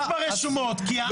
רק ברשומות, כי העם לא מכיר את זה.